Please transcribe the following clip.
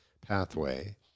pathway